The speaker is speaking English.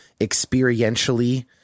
experientially